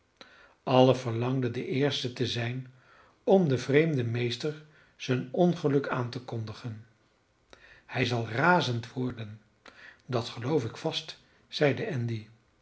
allen verlangende de eerste te zijn om den vreemden meester zijn ongeluk aan te kondigen hij zal razend worden dat geloof ik vast zeide andy